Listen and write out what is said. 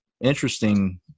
interesting